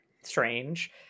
strange